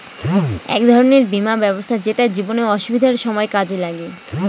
এক ধরনের বীমা ব্যবস্থা যেটা জীবনে অসুবিধার সময় কাজে লাগে